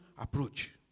approach